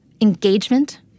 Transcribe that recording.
engagement